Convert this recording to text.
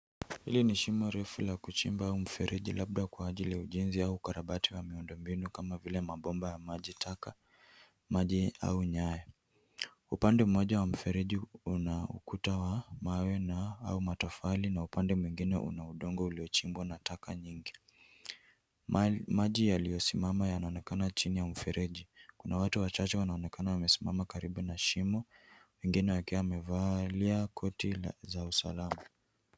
Hili ni shimo refu la kuchimba mfereji labda kwa ajiri ya ujenzi au ukarabati wa miundo mbinu kama vile mabomba ya maji taka, maji au nyaya. Upande mmoja wa mfereji una ukuta wa mawe na ,au matofali na upande mwingine una udongo uliochimbwa na taka nyingi. Maji yaliyosimama yanaonekana chini ya mfereji. Kuna watu wachache wanaonekana wamesimama karibu na shimo, wengine wakiwa wamevalia koti za usalama.